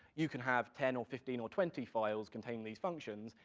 you can have ten or fifteen or twenty files containing these functions,